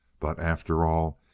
but, after all,